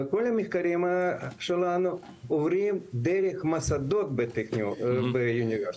וכל המחקרים שלנו עוברים דרך המוסדות של האוניברסיטאות,